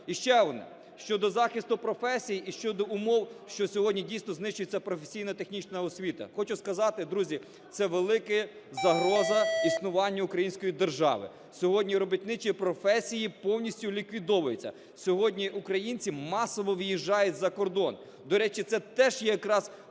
І ще одне. Щодо захисту професій і щодо умов, що сьогодні, дійсно, знищується професійно-технічна освіта. Хочу сказати, друзі, це велика загроза існуванню української держави. Сьогодні робітничі професії повністю ліквідовуються, сьогодні українці масово виїжджають за кордон. До речі, це теж є якраз